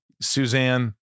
Suzanne